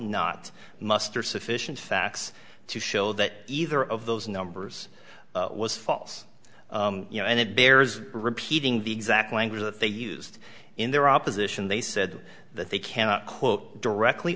not muster sufficient facts to show that either of those numbers was false you know and it bears repeating the exact language that they used in their opposition they said that they cannot quote directly